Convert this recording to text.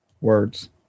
Words